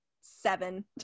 seven